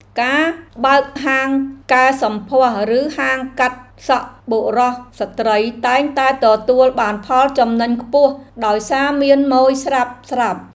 ការបើកហាងកែសម្ផស្សឬហាងកាត់សក់បុរសស្ត្រីតែងតែទទួលបានផលចំណេញខ្ពស់ដោយសារមានម៉ូយស្រាប់ៗ។